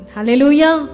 Hallelujah